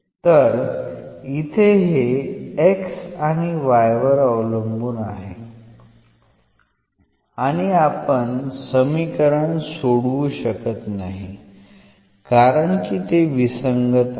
तर इथे हे x आणि y वर अवलंबून आहे आणि आपण समीकरण सोडवू शकत नाही कारण की ते विसंगत आहे